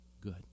good